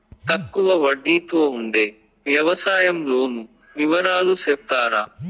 తక్కువ వడ్డీ తో ఉండే వ్యవసాయం లోను వివరాలు సెప్తారా?